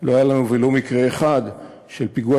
לא היה לנו ולו מקרה אחד של פיגוע